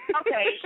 Okay